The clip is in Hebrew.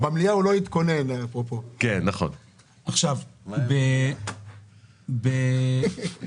שהתקבלה אז, ולבוא עם ביקורת.